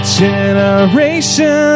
generation